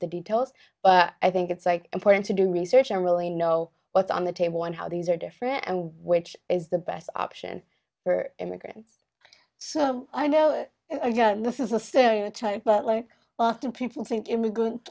details but i think it's like important to do research and really know what's on the table and how these are different and which is the best option for immigrants so i know this is a stereotype but like often people think immigrant